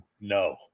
No